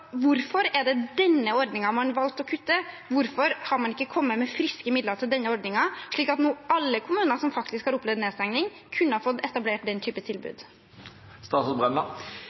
hvorfor er det denne ordningen man valgte å kutte? Hvorfor har man ikke kommet med friske midler til denne ordningen, slik at alle kommuner som faktisk har opplevd nedstengning, nå kunne ha fått etablert den type